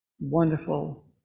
wonderful